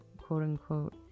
quote-unquote